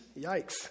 Yikes